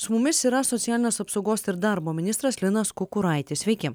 su mumis yra socialinės apsaugos ir darbo ministras linas kukuraitis sveiki